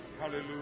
Hallelujah